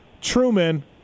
Truman